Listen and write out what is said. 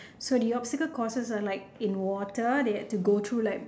so the obstacle courses were like in water they had to go through like